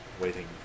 waiting